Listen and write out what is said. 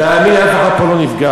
יותר טוב, תאמין לי, אף אחד פה לא נפגע.